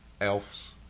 Elves